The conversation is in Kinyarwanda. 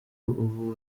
ubu